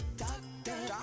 doctor